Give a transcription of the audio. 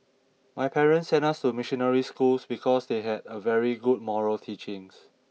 my parents sent us to missionary schools because they had a very good moral teachings